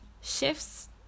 shifts